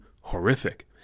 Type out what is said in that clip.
horrific